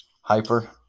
Hyper